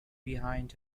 behind